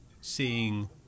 seeing